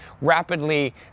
rapidly